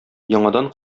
яңадан